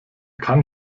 kann